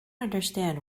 understand